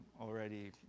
already